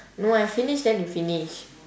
no I finish then you finish